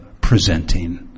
presenting